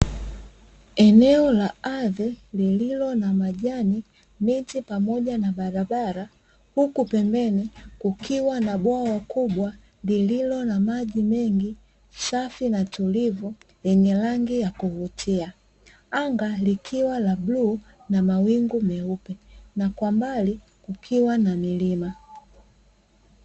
Eneo la ardhi lililo na majani miti pamoja na barabara, huku pembeni kukiwa na bwawa kubwa, lililo na maji mengi safi na tulivu lenye rangi ya kuvutia anga likiwa la bluu na mawingu meupe na kwa mbali kukiwa na milima.